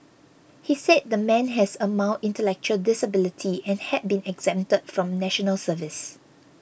he said the man has a mild intellectual disability and had been exempted from National Service